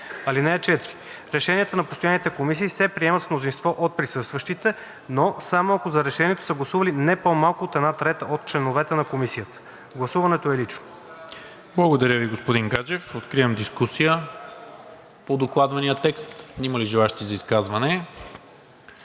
(4) Решенията на постоянните комисии се приемат с мнозинство от присъстващите, но само ако за решението са гласували не по-малко от една трета от членовете на комисията. Гласуването е лично.“ ПРЕДСЕДАТЕЛ НИКОЛА МИНЧЕВ: Благодаря Ви, господин Гаджев. Откривам дискусия по докладвания текст. Има ли желаещи за изказване?